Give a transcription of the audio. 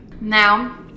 now